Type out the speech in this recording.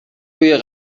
روی